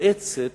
מואצת